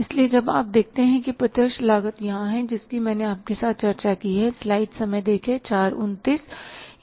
इसलिए जब आप देखते हैं कि प्रत्यक्ष लागत यहां है जिसकी मैंने आपके साथ चर्चा की है